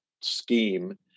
scheme